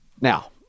Now